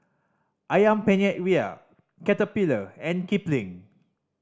Ayam Penyet Ria Caterpillar and Kipling